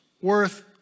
worth